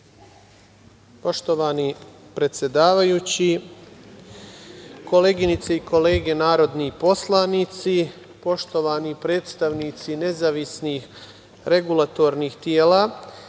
Poštovani predsedavajući, koleginice i kolege narodni poslanici, poštovani predstavnici nezavisnih regulatornih tela,